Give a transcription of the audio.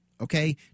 Okay